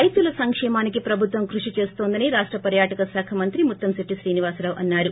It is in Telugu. రైతుల సంకేమానికి ప్రభుత్వం కృషి చేస్తుందని రాష్ట పర్యాటక శాఖ మంత్రి ముత్తంశెట్టి శ్రీనివాసరావు అన్నారు